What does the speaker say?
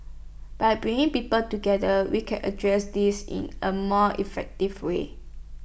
by bringing people together we can address this in A more effective way